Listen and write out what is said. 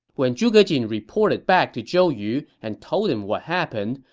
when zhuge jin reported back to zhou yu and told him what happened,